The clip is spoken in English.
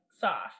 soft